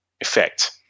effect